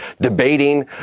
debating